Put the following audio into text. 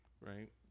right